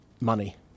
money